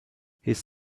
his